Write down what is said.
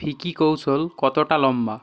ভিকি কৌশল কতটা লম্বা